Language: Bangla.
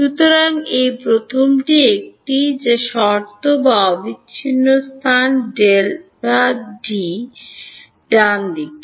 সুতরাং এই প্রথমটি একটি শর্ত যা অবিচ্ছিন্ন স্থান ডানদিকে